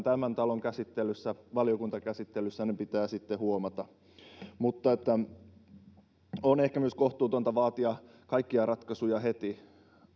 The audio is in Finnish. tämän talon käsittelyssä valiokuntakäsittelyssä ne pitää sitten huomata on ehkä myös kohtuutonta vaatia kaikkia ratkaisuja heti